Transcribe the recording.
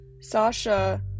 Sasha